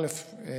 א.